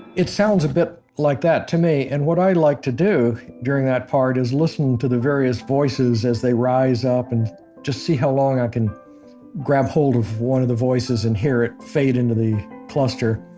it sounds a bit like that to me, and what i like to do during that part is listen to the various voices as they rise up and just see how long i can grab hold of one of the voices and hear it fade into the cluster.